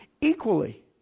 equally